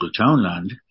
townland